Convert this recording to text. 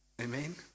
Amen